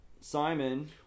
Simon